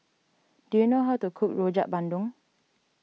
do you know how to cook Rojak Bandung